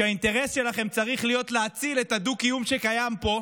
שהאינטרס שלכם צריך להיות להציל את הדו-קיום שקיים פה,